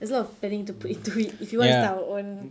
there's a lot of planning to put into it if we want to start our own